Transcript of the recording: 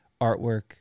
artwork